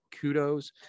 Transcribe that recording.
Kudos